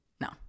no